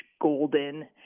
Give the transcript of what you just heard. golden